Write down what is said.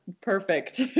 Perfect